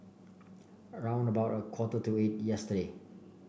round about a quarter to eight yesterday